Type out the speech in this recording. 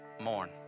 mourn